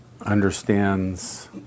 understands